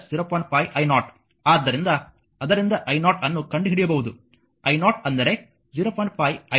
5i0 ಆದ್ದರಿಂದ ಅದರಿಂದ i0 ಅನ್ನು ಕಂಡುಹಿಡಿಯಬಹುದು i0 ಅಂದರೆ 0